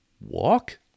walk